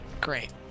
Great